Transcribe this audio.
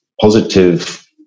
positive